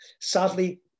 Sadly